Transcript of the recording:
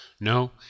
No